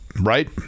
right